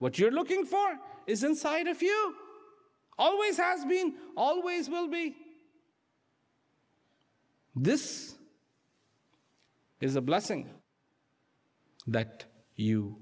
what you're looking for is inside of you always has been always will be this is a blessing that you